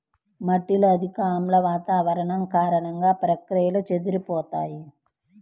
మట్టిలో అధిక ఆమ్ల వాతావరణం కారణంగా, ప్రక్రియలు చెదిరిపోతాయి